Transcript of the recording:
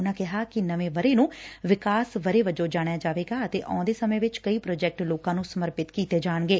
ਉਨੂਾ ਕਿਹਾ ਕਿ ਨਵੇਂ ਵਰ੍ਹੇ ਨੂੰ ਵਿਕਾਸ ਵਰ੍ਹੇ ਵਜੋਂ ਜਾਣਿਆ ਜਾਵੇਗਾ ਅਤੇ ਆਉਂਦੇ ਸਮੇਂ ਵਿੱਚ ਕਈ ਪ੍ਰੋਜੈਕਟ ਲੋਕਾਂ ਨੂੰ ਸਮਰਪਿਤ ਕੀਤੇ ਜਾਣਗੇ